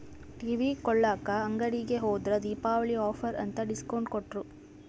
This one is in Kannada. ಟಿವಿ ಕೊಳ್ಳಾಕ ಅಂಗಡಿಗೆ ಹೋದ್ರ ದೀಪಾವಳಿ ಆಫರ್ ಅಂತ ಡಿಸ್ಕೌಂಟ್ ಕೊಟ್ರು